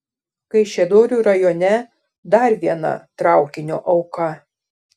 kaišiadorių rajone dar viena traukinio auka